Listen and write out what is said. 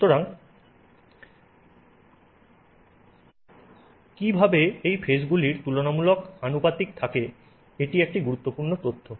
সুতরাং কিভাবে এই ফেজগুলির তুলনামূলক আনুপাতিক থাকে এটি একটি গুরুত্বপূর্ণ তথ্য